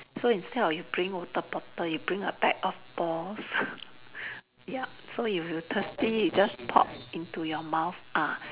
so instead of you bring water bottle you bring a bag of balls ya so if you thirsty you just pop into your mouth ah